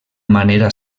manera